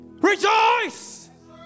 Rejoice